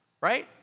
right